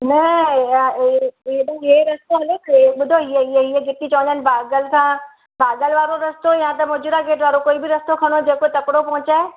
न हेॾा हे रस्तो हले पियो हे बुधो हीअ हीअ जेकी चवंदा आहिनि भाॻल खां भाॻल वारो रस्तो या त जितां मजूरा गेट वारो कोई बि रस्तो खणो जेको तकिड़ो पहुचाए